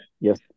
yes